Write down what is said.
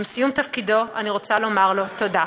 ועם סיום תפקידו אני רוצה לומר לו: תודה.